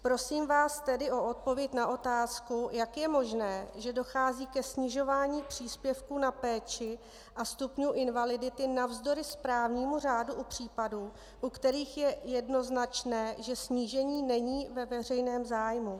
Prosím vás tedy o odpověď na otázku, jak je možné, že dochází ke snižování příspěvku na péči a stupňů invalidity navzdory správnímu řádu u případů, u kterých je jednoznačné, že snížení není ve veřejném zájmu?